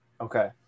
Okay